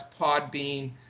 Podbean